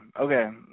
okay